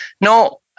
No